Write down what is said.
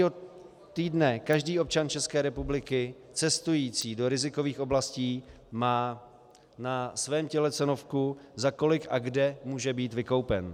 Od minulého týdne každý občan České republiky cestující do rizikových oblastí má na svém těle cenovku, za kolik a kde může být vykoupen.